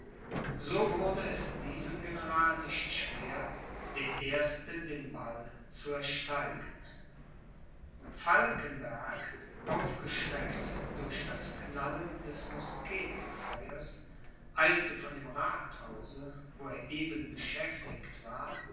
so wurde es diesem general nicht schwer der erste den wall zu ersteigen falkenberg aufgeschreckt durch das knallen des musketenfeuers eilte von dem rathhause wo er eben beschäftigt war